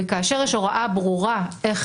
כאשר יש הוראה ברורה איך